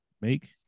make